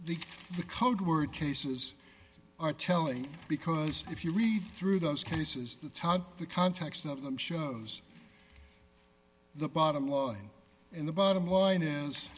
need the code word cases are telling because if you read through those cases the time the context of them shows the bottom line in the bottom line is